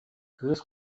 кыыс